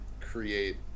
create